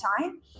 time